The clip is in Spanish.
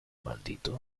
maldito